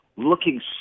looking